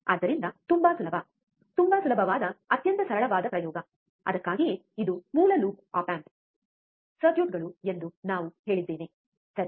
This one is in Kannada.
ಆದ್ದರಿಂದ ತುಂಬಾ ಸುಲಭ ತುಂಬಾ ಸುಲಭವಾದ ಅತ್ಯಂತ ಸರಳವಾದ ಪ್ರಯೋಗ ಅದಕ್ಕಾಗಿಯೇ ಇದು ಮೂಲ ಆಪ್ ಆಂಪ್ ಸರ್ಕ್ಯೂಟ್ಗಳು ಎಂದು ನಾವು ಹೇಳಿದ್ದೇವೆ ಸರಿ